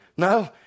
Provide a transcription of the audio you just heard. No